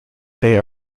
they